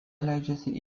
leidžiasi